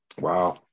Wow